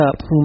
up